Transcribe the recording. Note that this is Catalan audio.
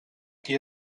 qui